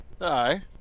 Aye